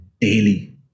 daily